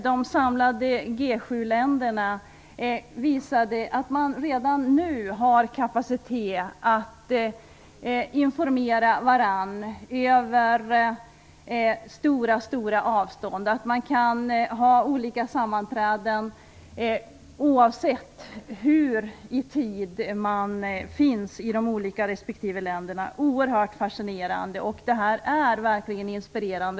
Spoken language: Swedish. De samlade G 7-länderna visade att man redan nu har kapacitet att informera varandra över stora avstånd. Olika sammanträden kan hållas, oavsett var i tiden man finns i respektive land. Detta är verkligen inspirerande.